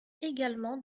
également